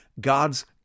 God's